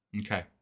Okay